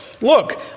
look